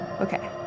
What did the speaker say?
Okay